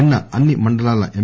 నిన్న అన్ని మండలాల ఎం